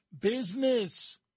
business